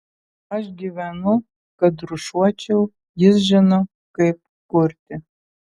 aš gyvenu kad rūšiuočiau jis žino kaip kurti